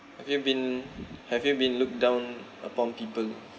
have you been have you been looked down upon people